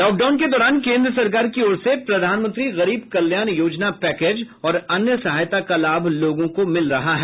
lockdown के दौरान केन्द्र सरकार की ओर से प्रधानमंत्री गरीब कल्याण योजना पैकेज और अन्य सहायता का लाभ लोगों को मिल रहा है